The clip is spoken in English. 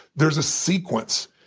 there's a sequence.